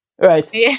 Right